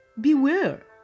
Beware